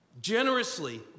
Generously